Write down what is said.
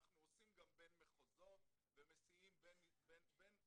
אנחנו עושים גם בין מחוזות ומסיעים בין מחוזות.